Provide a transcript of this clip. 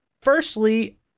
firstly